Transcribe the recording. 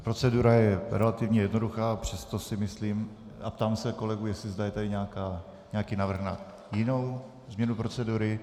Procedura je relativně jednoduchá, přesto si myslím a ptám se kolegů, zda je tady nějaký návrh na jinou změnu procedury.